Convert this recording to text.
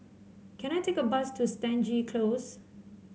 can I take a bus to Stangee Close